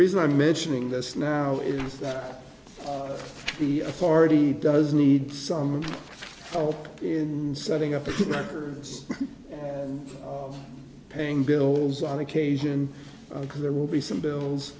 reason i'm mentioning this now is that the authority does need some help in setting up the records and paying bills on occasion because there will be some bills